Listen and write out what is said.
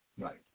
Right